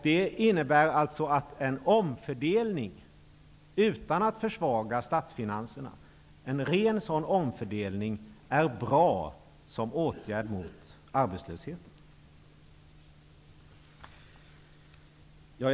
Det innebär att en ren omfördelning som inte försvagar statsfinansierna är en bra åtgärd mot arbetslösheten.